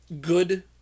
good